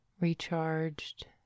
recharged